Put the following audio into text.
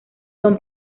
son